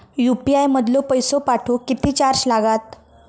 UPI मधलो पैसो पाठवुक किती चार्ज लागात?